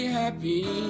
happy